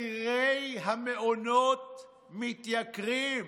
מחירי המעונות מתייקרים,